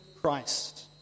Christ